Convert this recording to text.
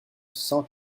cent